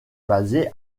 basée